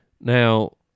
Now